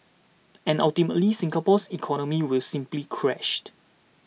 and ultimately Singapore's economy will simply crashed